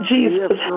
Jesus